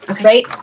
right